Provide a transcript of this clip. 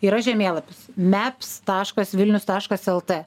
yra žemėlapis meps taškas vilnius taškas lt